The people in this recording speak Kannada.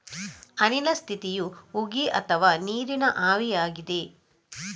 ಅನಿಲ ಸ್ಥಿತಿಯು ಉಗಿ ಅಥವಾ ನೀರಿನ ಆವಿಯಾಗಿದೆ